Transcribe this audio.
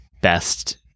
best